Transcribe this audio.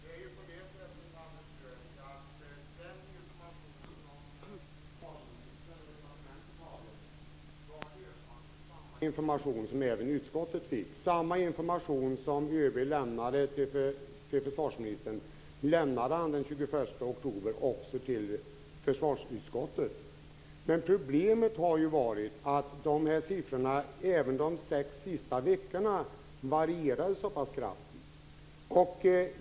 Fru talman! Det är ju så, Anders Björck, att den löpande information som försvarsministern och departementet hade var samma information som även utskottet fick. Samma information som ÖB lämnade till försvarsministern lämnade han den 21 oktober också till försvarsutskottet. Men problemet var ju att siffrorna, även de sista sex veckorna, varierade så pass kraftigt.